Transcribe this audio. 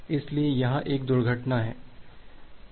इसलिए यहां एक दुर्घटना है